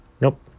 nope